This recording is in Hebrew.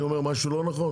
אני אומר משהו לא נכון?